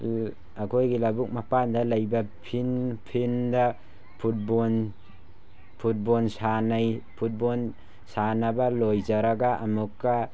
ꯑꯩꯈꯣꯏꯒꯤ ꯂꯕꯨꯛ ꯃꯄꯥꯜꯗ ꯂꯩꯕ ꯐꯤꯟ ꯐꯤꯟꯗ ꯐꯨꯠꯕꯣꯜ ꯐꯨꯠꯕꯣꯜ ꯁꯥꯟꯅꯩ ꯐꯨꯠꯕꯣꯜ ꯁꯥꯟꯅꯕ ꯂꯣꯏꯖꯔꯒ ꯑꯃꯨꯛꯀ